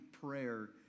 prayer